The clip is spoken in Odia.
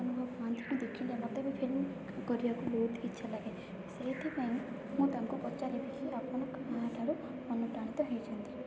ଅନୁଭବ ମହାନ୍ତିକୁ ଦେଖିଲେ ମୋତେ ବି ଫିଲ୍ମ କରିବାକୁ ବହୁତ ଇଚ୍ଛା ଲାଗେ ସେଇଥିପାଇଁ ମୁଁ ତାଙ୍କୁ ପଚାରିବି ଆପଣ କାହା ଠାରୁ ଅନୁପ୍ରାଣିତ ହୋଇଛନ୍ତି